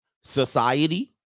Society